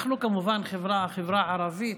אנחנו, החברה הערבית,